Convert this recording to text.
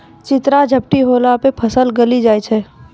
चित्रा झपटी होला से फसल गली जाय छै?